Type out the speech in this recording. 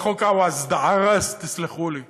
וחוק הווג'ע-ראס, תסלחו לי,